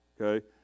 okay